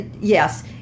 yes